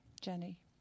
Jenny